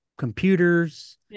computers